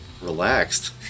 relaxed